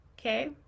okay